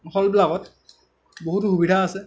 হ'লবিলাকত বহুতো সুবিধা আছে